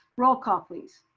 roll call please.